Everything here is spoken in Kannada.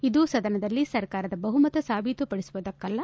ಇದು ಸದನದಲ್ಲಿ ಸರ್ಕಾರದ ಬಹುಮತ ಸಾಬೀತುಪಡಿಸುವದಕ್ಕಲ್ಲ